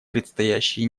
предстоящие